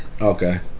Okay